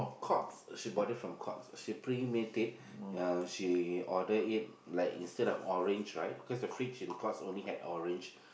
Courts she bought it from Courts she premade it uh she order it like instead of orange right cause the fridge in Courts only had orange